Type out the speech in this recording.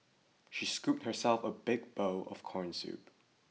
she scooped herself a big bowl of corn soup